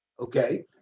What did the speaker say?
Okay